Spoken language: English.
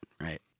Right